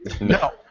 No